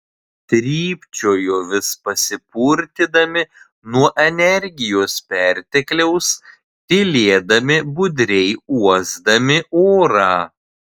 trypčiojo vis pasipurtydami nuo energijos pertekliaus tylėdami budriai uosdami orą